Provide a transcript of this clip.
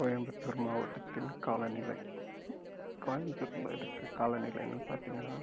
கோயம்புத்தூர் மாவட்டத்தின் காலநிலை கோயம்புத்தூரில் இருக்க காலநிலைன்னு பார்த்தீங்கன்னா